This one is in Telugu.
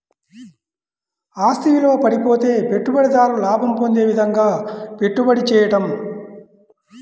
ఆస్తి విలువ పడిపోతే పెట్టుబడిదారు లాభం పొందే విధంగాపెట్టుబడి చేయడం